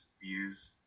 views